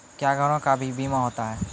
क्या घरों का भी बीमा होता हैं?